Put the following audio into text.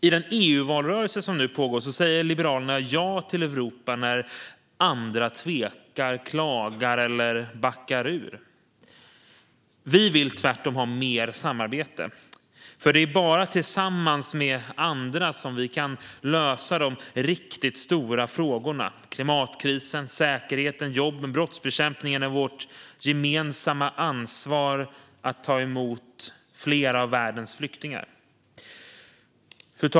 I den EU-valrörelse som nu pågår säger Liberalerna ja till Europa när andra tvekar, klagar eller backar ur. Vi vill tvärtom ha mer samarbete, för det är bara tillsammans med andra vi kan lösa de riktigt stora frågorna - klimatkrisen, säkerheten, jobben, brottsbekämpningen och vårt gemensamma ansvar att ta emot fler av världens flyktingar.